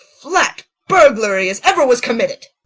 flat burglary as ever was committed.